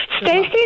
Stacey